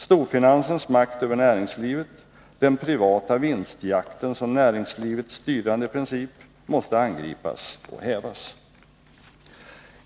Storfinansens makt över näringslivet och den privata vinstjakten som näringslivets styrande princip måste angripas och hävas.